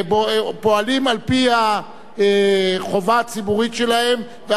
החובה הציבורית שלהם ועל-פי האחריות הציבורית שלהם.